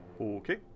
Okay